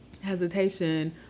hesitation